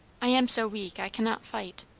i am so weak, i cannot fight.